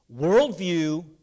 Worldview